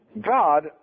God